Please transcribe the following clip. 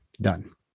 done